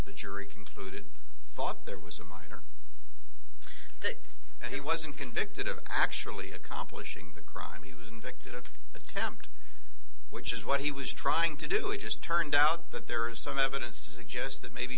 the jury concluded thought there was a minor but he wasn't convicted of actually accomplishing the crime he was a victim of attempt which is what he was trying to do it just turned out but there is some evidence to suggest that maybe